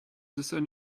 discern